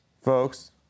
Folks